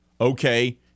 okay